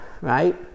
right